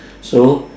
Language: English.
so